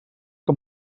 que